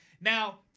Now